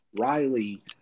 Riley